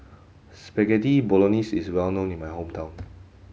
Spaghetti Bolognese is well known in my hometown